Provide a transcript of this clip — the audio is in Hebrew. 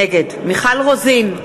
נגד מיכל רוזין,